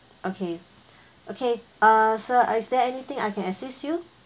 okay okay uh sir is there anything I can assist you